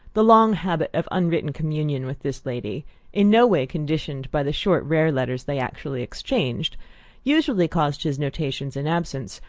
the long habit of unwritten communion with this lady in no way conditioned by the short rare letters they actually exchanged usually caused his notations, in absence,